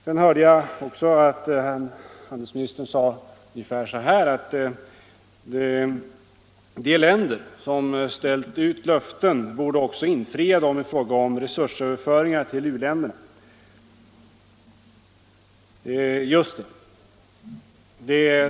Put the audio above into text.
Handelsministern sade tidigare ungefär så här, att de länder som ställt ut löften borde också infria dem i fråga om resursöverföringar till uländerna. Just det!